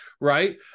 right